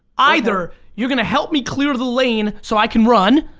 either you're gonna help me clear the lane, so i can run,